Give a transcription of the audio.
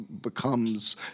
becomes